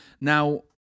Now